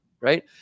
right